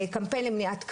קמפיין למניעת כוויות,